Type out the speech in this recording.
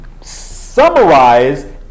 summarize